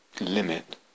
limit